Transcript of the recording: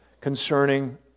concerning